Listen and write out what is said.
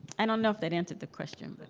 i don't know if that answered the question, but.